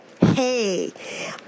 hey